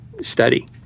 study